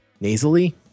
nasally